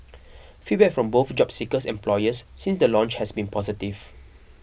feedback from both job seekers and employers since the launch has been positive